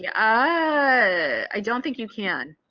yeah i don't think you can.